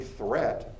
threat